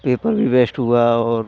paper भी waste हुआ और